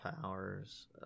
Powers